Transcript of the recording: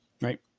right